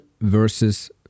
versus